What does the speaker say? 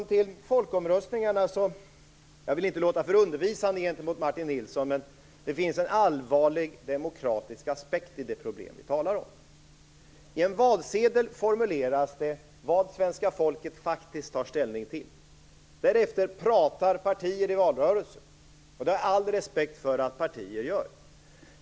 Jag vill inte låta för undervisande gentemot Martin Nilsson, men i fråga om tilltron till folkomröstningarna finns det en allvarlig demokratisk aspekt i det problem vi talar om. I en valsedel formuleras det vad svenska folket faktiskt tar ställning till. Därefter pratar partier i valrörelsen. Det har jag all respekt för.